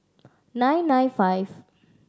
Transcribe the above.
nine nine five